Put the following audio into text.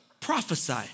prophesy